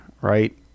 right